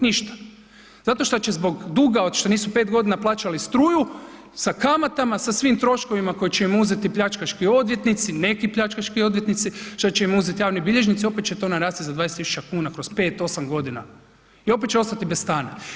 Ništa, zato što će zbog duga što nisu 5 godina plaćali struju sa kamatama, sa svim troškovima koje će im uzeti pljačkaški odvjetnici, neki pljačkaški odvjetnici, što će im uzeti javni bilježnici opet će to narasti za 20 tisuća kuna kroz 5, 8 godina i opet će ostati bez stana.